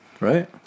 Right